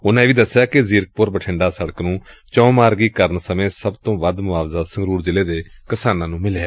ਉਨੂਾ ਇਹ ਵੀ ਦਸਿਆ ਕਿ ਜ਼ੀਰਕਪੁਰ ਬਠਿੰਡਾ ਸਤਕ ਨੂੰ ਚਹੁੰ ਮਾਰਗੀ ਕਰਨ ਸਮੇਂ ਸਭ ਤੋਂ ਵੱਧ ਮੁਆਵਜ਼ਾ ਸੰਗਰੂਰ ਜ਼ਿਲ੍ਹੇ ਦੇ ਕਿਸਾਨਾਂ ਨੂੰ ਮਿਲਿਐ